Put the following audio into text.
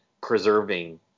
preserving